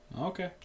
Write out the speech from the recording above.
Okay